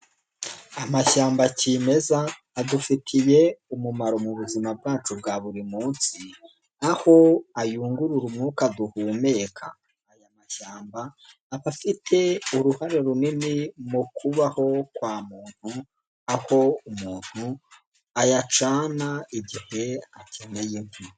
Amashyamba kimeza adufitiye umumaro mu buzima bwacu bwa buri munsi, aho ayungurura umwuka duhumeka. Aya mashyamba aba afite uruhare runini mu kubaho kwa muntu, aho umuntu ayacana igihe akeneye.